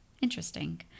interesting